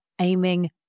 aiming